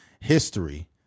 History